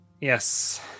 Yes